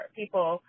people